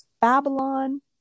Babylon